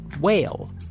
whale